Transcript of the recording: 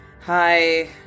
Hi